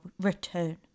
return